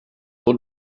old